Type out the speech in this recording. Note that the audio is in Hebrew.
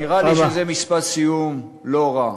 נראה לי שזה משפט סיום לא רע,